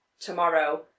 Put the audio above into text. tomorrow